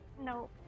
No